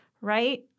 right